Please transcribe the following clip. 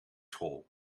school